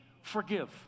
forgive